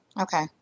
Okay